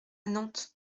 nantes